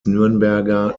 nürnberger